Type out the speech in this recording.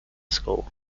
school